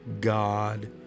God